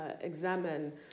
examine